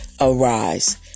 Arise